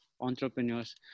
entrepreneurs